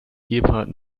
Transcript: gebhard